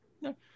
No